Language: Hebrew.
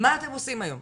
מה אתם עושים היום?